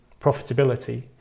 profitability